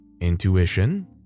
Intuition